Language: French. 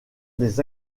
des